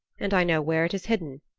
and i know where it is hidden.